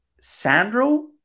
Sandro